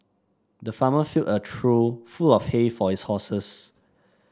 the farmer filled a trough full of hay for his horses